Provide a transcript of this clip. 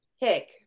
pick